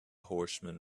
horseman